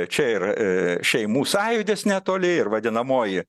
čia ir šeimų sąjūdis netoli ir vadinamoji